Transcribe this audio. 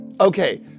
Okay